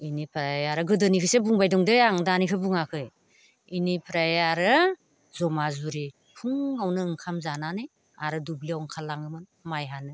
बेनिफ्राय आरो गोदोनिखौसो बुंबाय दंदै आं दानिखौ बुङाखै बेनिफ्राय आरो जमा जुरि फुङावनो ओंखाम जानानै आरो दुब्लियाव ओंखार लाङोमोन माइ हानो